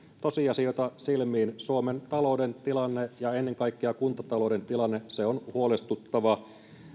tosiasioita silmiin suomen talouden tilanne ja ennen kaikkea kuntatalouden tilanne on huolestuttava